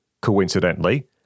coincidentally